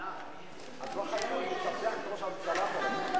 עינת, את לא חייבת לשבח את ראש הממשלה פה.